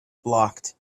blocked